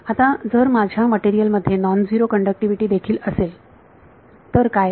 आता जर माझ्या मटेरियल मध्ये नॉन झिरो कण्डक्टिविटी देखील असेल तर काय